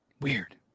Weird